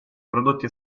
prodotti